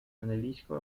analytical